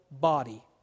body